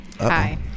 hi